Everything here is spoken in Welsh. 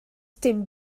dim